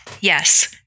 Yes